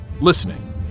listening